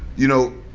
you know,